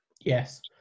Yes